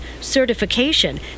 certification